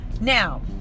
Now